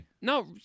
No